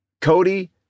Cody